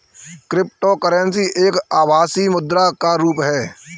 cryptocurrency एक आभासी मुद्रा का रुप है